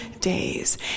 days